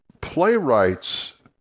playwrights